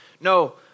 No